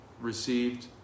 received